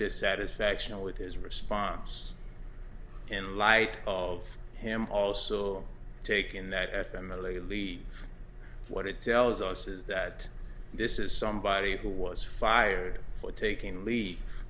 dissatisfaction with his response in light of him also taking that f and the a leave what it tells us is that this is somebody who was fired for taking leave